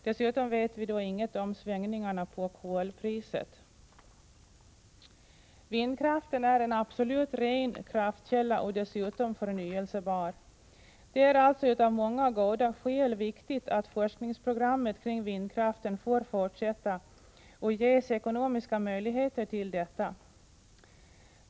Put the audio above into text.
Dessutom vet vi inget om svängningarna på kolpriset. Vindkraften är en absolut ren kraftkälla och dessutom förnybar. Det är alltså av många goda skäl viktigt att forskningsprogrammet kring vindkraften får fortsätta och ges ekonomiska möjligheter till detta.